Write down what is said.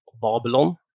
Babylon